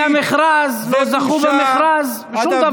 לא היה מכרז, לא זכו במכרז, שום דבר.